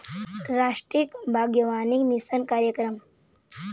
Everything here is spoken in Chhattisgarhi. रास्टीय बागबानी मिसन कार्यकरम